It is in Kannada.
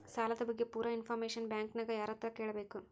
ಸಾಲದ ಬಗ್ಗೆ ಪೂರ ಇಂಫಾರ್ಮೇಷನ ಬ್ಯಾಂಕಿನ್ಯಾಗ ಯಾರತ್ರ ಕೇಳಬೇಕು?